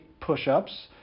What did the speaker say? push-ups